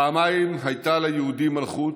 פעמיים הייתה ליהודים מלכות,